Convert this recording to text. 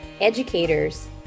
educators